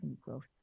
growth